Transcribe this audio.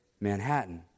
Manhattan